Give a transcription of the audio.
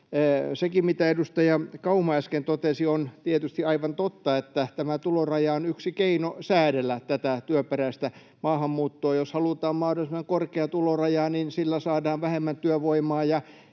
Sekin, mitä edustaja Kauma äsken totesi, on tietysti aivan totta, että tämä tuloraja on yksi keino säädellä tätä työperäistä maahanmuuttoa. Jos halutaan mahdollisimman korkea tuloraja, niin sillä saadaan vähemmän työvoimaa,